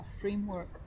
framework